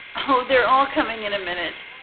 oh, they're all coming in a minute,